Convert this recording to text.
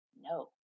No